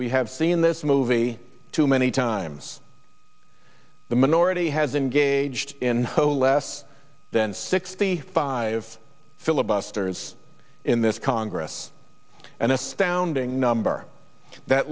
we have seen this movie too many times the minority has engaged in less than sixty five filibusters in this congress an astounding number that